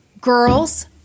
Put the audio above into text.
Girls